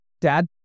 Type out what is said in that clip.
dad